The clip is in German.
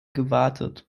gewartet